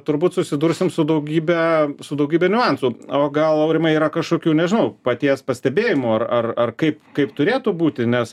turbūt susidursim su daugybe su daugybe niuansų o gal aurimai yra kažkokių nežinau paties pastebėjimų ar ar ar kaip kaip turėtų būti nes